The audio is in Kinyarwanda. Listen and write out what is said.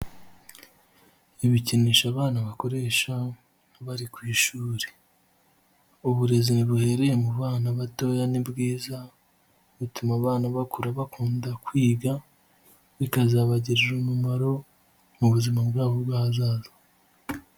Ibikinisho abana bakoresha, bari ku ishuri. Uburezi buhereye mu bana batoya ni bwiza, butuma abana bakura bakunda kwiga, bikazabagirira umumaro, mu buzima bwabo bw'ahazaza.